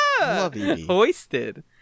hoisted